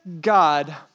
God